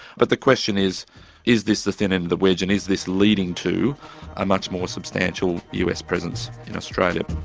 but the question is is this the thin end of the wedge and is this leading to a much more substantial us presence in australia?